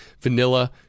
vanilla